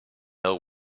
know